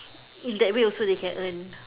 in that way also they can earn